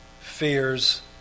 fears